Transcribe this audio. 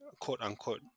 quote-unquote